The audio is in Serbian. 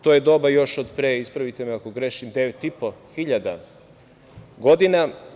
To je doba još od pre, ispravite me ako grešim, 9.500 godina.